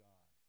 God